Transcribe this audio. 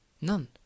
None